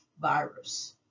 virus